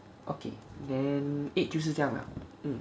okay then eight 就是这样了